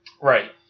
Right